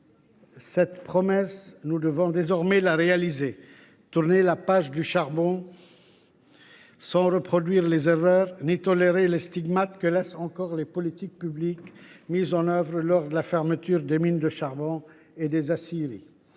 Cette promesse, nous devons désormais la réaliser : tourner la page du charbon sans reproduire les erreurs et sans tolérer les stigmates, encore visibles, laissés par les politiques publiques mises en œuvre lors de la fermeture des mines de charbon et des aciéries.